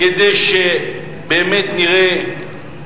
הוא נמצא פה מהבוקר,